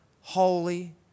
holy